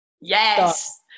Yes